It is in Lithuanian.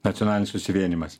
nacionalinis susivienijimas